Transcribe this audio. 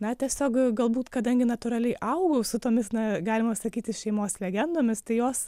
na tiesiog galbūt kadangi natūraliai augau su tomis na galima sakyti šeimos legendomis tai jos